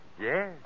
Yes